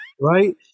right